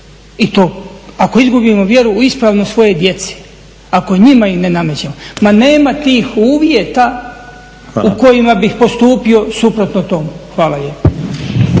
I to ako izgubimo vjeru u ispravnost svoje djece, ako njima ih ne namećemo. Ma nema tih uvjeta u kojima bih postupio suprotno tome. Hvala